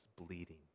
bleeding